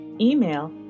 Email